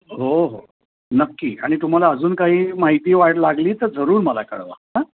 हो हो नक्की आणि तुम्हाला अजून काही माहिती वाढ लागली तर जरूर मला कळवा